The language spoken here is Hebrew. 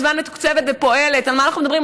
מזמן, מזמן מתוקצבת ופועלת, על מה אנחנו מדברים?